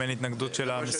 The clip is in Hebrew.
אם אין התנגדות של המשרדים.